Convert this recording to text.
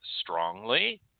strongly